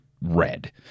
red